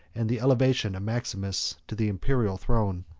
and the elevation of maximus to the imperial throne.